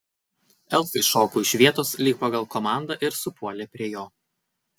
elfai šoko iš vietos lyg pagal komandą ir supuolė prie jo